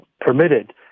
permitted